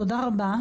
תודה,